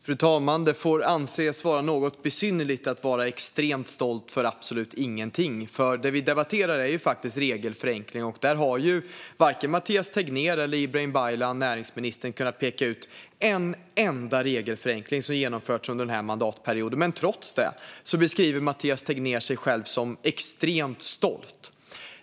Fru talman! Det får anses något besynnerligt att vara extremt stolt över absolut ingenting. Det vi debatterar är faktiskt regelförenklingar, och där har varken Mathias Tegnér eller näringsminister Ibrahim Baylan kunnat peka ut en enda regelförenkling som genomförts under den här mandatperioden. Trots det beskriver Mathias Tegnér sig själv som extremt stolt.